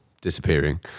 disappearing